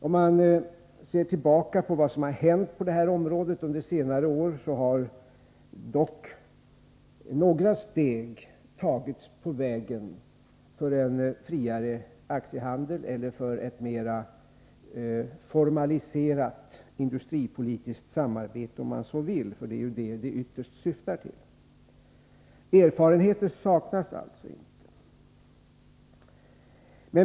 Om man ser tillbaka på vad som har hänt på det här området under senare år finner man dock att några steg har tagits på vägen för en friare aktiehandel eller — om man så vill uttrycka det — för ett mera formaliserat industripolitiskt samarbete, för det är ju det som en sådan ytterst syftar till. Några erfarenheter har man alltså.